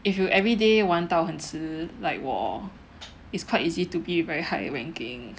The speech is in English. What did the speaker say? if you every day 玩到很迟 like 我 it's quite easy to be very high ranking